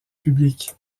publique